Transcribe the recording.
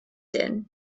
din